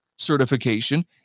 certification